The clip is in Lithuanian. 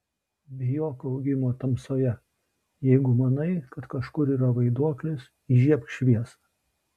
bijok augimo tamsoje jeigu manai kad kažkur yra vaiduoklis įžiebk šviesą